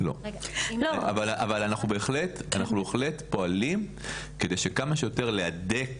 לא, אבל אנחנו בהחלט פועלים כדי שכמה שיותר להדק